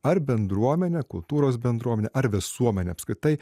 ar bendruomenė kultūros bendruomenė ar visuomenė apskritai